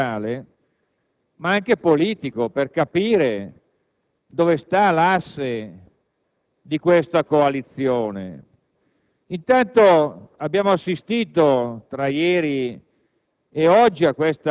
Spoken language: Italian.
sforzo. Questo articolo è probabilmente il più importante di questa finanziaria, perché assume un grande significato sostanziale,